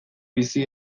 bizi